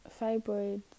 fibroids